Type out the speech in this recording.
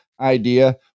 idea